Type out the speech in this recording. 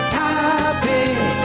topic